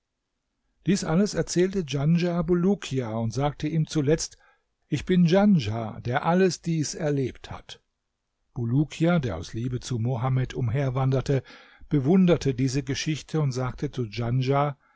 dies alles erzählte djanschah bulukia und sagte ihm zuletzt ich bin djanschah der alles dies erlebt hat bulukia der aus liebe zu mohammed umherwanderte bewunderte diese geschichte und sagte zu